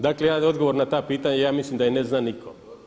Dakle, odgovor na ta pitanja, aj mislim da ih ne zna nitko.